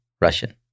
russian